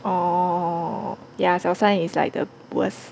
oh ya 小三 is like the worst